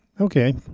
Okay